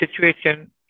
situation